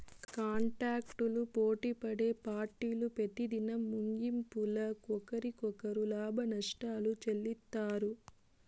కాంటాక్టులు పోటిపడే పార్టీలు పెతిదినం ముగింపుల ఒకరికొకరు లాభనష్టాలు చెల్లిత్తారు